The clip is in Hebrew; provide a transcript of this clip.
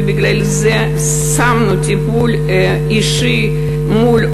ובגלל זה שמנו טיפול אישי מול העולה,